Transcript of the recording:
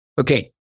Okay